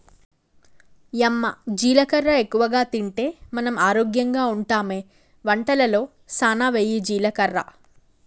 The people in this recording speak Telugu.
యమ్మ జీలకర్ర ఎక్కువగా తింటే మనం ఆరోగ్యంగా ఉంటామె వంటలలో సానా వెయ్యి జీలకర్ర